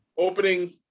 opening